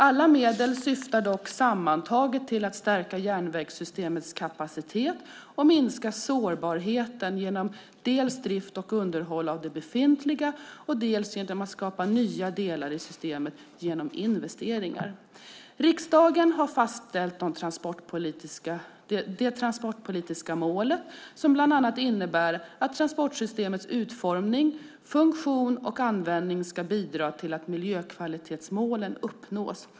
Alla medel syftar dock sammantaget till att stärka järnvägssystemets kapacitet och minska sårbarheten genom dels drift och underhåll av det befintliga, dels genom att skapa nya delar i systemet genom investeringar. Riksdagen har fastställt det transportpolitiska målet som bland annat innebär att transportsystemets utformning, funktion och användning ska bidra till att miljökvalitetsmålen uppnås.